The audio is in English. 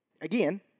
again